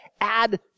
add